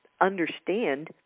understand